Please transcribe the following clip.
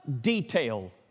detail